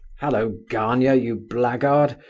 hallo, gania, you blackguard!